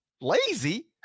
Lazy